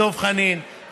דב חנין,